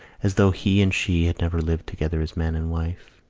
as though he and she had never lived together as man and wife.